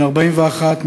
בן 41,